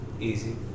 Easy